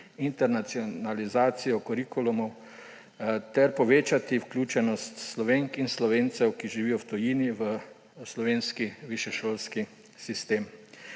internacionalizacijo kurikulumov ter povečati vključenost Slovenk in Slovencev, ki živijo v tujini, v slovenski višješolski sistem.